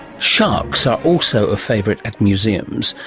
sharks are also a favourite at museums,